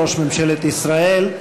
ראש ממשלת ישראל,